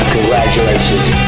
Congratulations